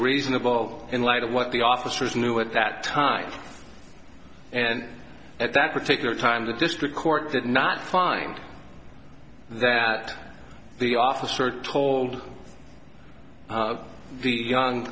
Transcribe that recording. reasonable in light of what the officers knew at that time and at that particular time the district court did not find that the officer told the young